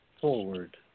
forward